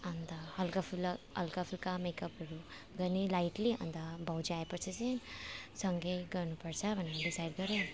अन्त हल्काफुला हल्काफुल्का मेकअपहरू गर्ने लाइटली अन्त भाउजू आएपछि चाहिँ सँगै गर्नुपर्छ भनेर डिसाइड गऱ्यौँ